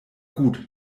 gut